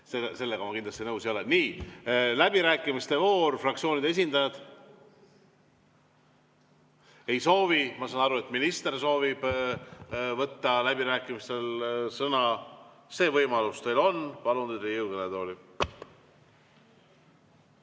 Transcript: Sellega ma kindlasti nõus ei ole. Nii, läbirääkimiste voor, [sõna saavad] fraktsioonide esindajad. Ei soovi. Ma saan aru, et minister soovib võtta läbirääkimistel sõna, see võimalus teil on. Palun teid Riigikogu